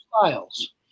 styles